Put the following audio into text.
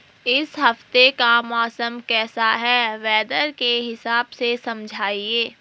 इस हफ्ते का मौसम कैसा है वेदर के हिसाब से समझाइए?